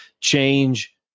change